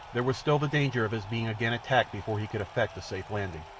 there was still the danger of his being again attacked before he could effect a safe landing.